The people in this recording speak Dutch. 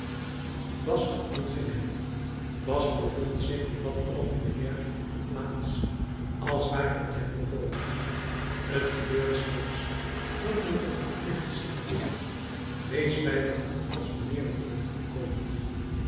basque ontving hem basque bevond zich op dat oogenblik juist op de plaats als ware t hem bevolen t gebeurt soms dat men tot een knecht zegt wees bij de hand als mijnheer die of die komt